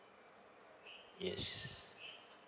yes